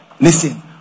Listen